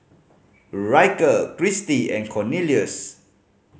Ryker Christi and Cornelious